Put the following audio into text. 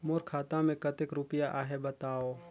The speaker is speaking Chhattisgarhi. मोर खाता मे कतेक रुपिया आहे बताव?